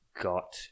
got